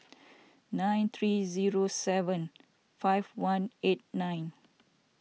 nine three zero seven five one eight nine